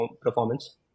performance